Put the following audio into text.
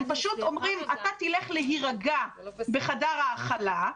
הם פשוט אומרים: אתה תלך להירגע בחדר ההכלה.